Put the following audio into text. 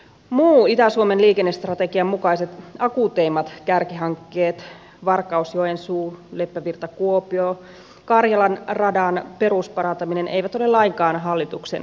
muut itä suomen liikennestrategian mukaiset akuuteimmat kärkihankkeet varkausjoensuu leppävirtakuopio karjalan radan perusparantaminen eivät ole lainkaan hallituksen suunnitelmissa